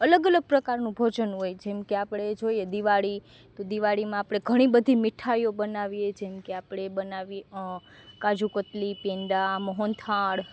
અલગ અલગ પ્રકારનું ભોજન હોય જેમકે આપણે જોઈએ દિવાળી તો દિવાળીમાં આપણે ઘણી બધી મીઠાઈઓ બનાવીએ જેમકે આપણે બનાવીએ કાજુકતરી પેંડા મોહનથાળ